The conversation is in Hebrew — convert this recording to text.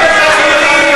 חיליק.